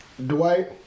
Dwight